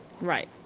Right